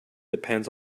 depends